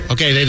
Okay